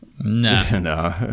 No